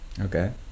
Okay